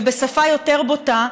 ובשפה יותר בוטה,